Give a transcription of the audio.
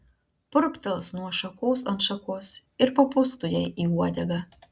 purptels nuo šakos ant šakos ir papūsk tu jai į uodegą